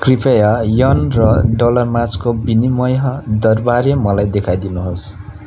कृपया यन र डलरमाझको विनिमय दरबारे मलाई देखाइदिनुहोस्